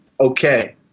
Okay